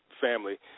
family